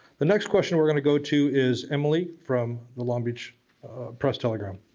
the next question we're going to go to is emily from the long beach press-telegram.